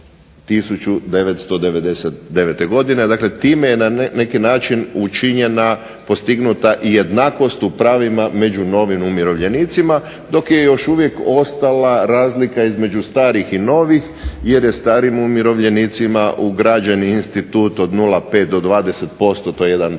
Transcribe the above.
1999. godine. Dakle, time je na neki način postignuta jednakost u pravima među novim umirovljenicima, dok je još uvijek ostala razlika između starih i novih jer je starim umirovljenicima ugrađen institut od 0,5 do 20% to je jedan prvi